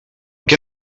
què